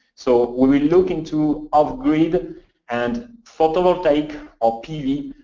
so we will look into off-grid and photovoltaic, or pv,